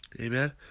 Amen